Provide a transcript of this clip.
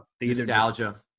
nostalgia